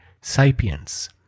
sapiens